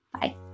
Bye